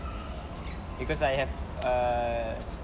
because I have err